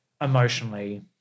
emotionally